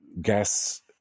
gas